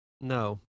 No